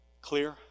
clear